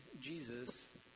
Jesus